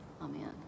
Amen